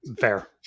Fair